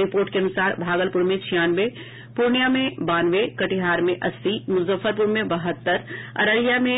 report के अनुसार भागलपुर में छियानवे पूर्णिया में बानवे कटिहार में अस्सी मुजफ्फरपुर में बहत्तर अररिया में